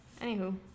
Anywho